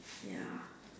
ya